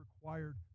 required